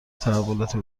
تحولاتی